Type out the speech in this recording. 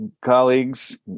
colleagues